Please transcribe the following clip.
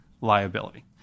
liability